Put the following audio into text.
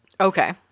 Okay